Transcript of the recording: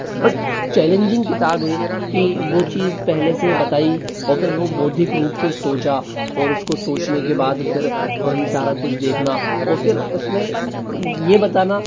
but challenging किताब है कि वो चीज़ पहले से बताई और फिर वो बौद्धिक रूप से सोचा और उसको सोचने के बाद फिर वही सारा कुछ देखना और फिर उसमें ये बताना